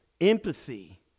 empathy